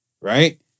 right